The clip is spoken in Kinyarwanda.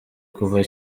kuva